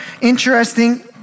interesting